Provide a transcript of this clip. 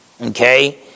Okay